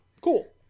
Cool